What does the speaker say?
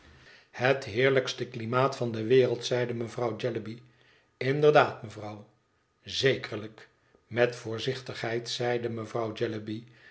het heerlijkste klimaat van de wereld zeide mevrouw jellyby inderdaad mevrouw zekerlijk met voorzichtigheid zeide mevrouw